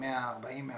ב-140 או 150,